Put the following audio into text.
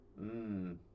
Mmm